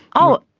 oh,